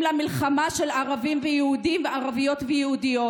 למלחמה של ערבים ויהודים וערביות ויהודיות.